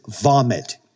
vomit